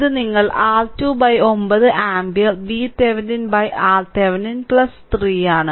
ഇത് നിങ്ങൾ R2 9 ampere VThevenin RThevenin 3 ആണ്